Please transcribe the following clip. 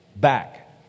back